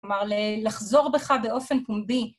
כלומר, לחזור בך באופן פומבי.